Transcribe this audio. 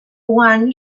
wan